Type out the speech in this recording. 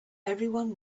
everyone